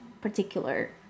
particular